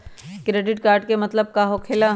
Credit card के मतलब का होकेला?